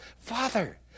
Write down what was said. Father